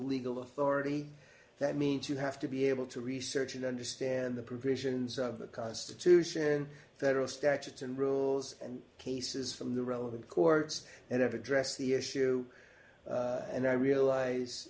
legal authority that means you have to be able to research and understand the provisions of the constitution federal statutes and rules and cases from the relevant courts and have addressed the issue and i realize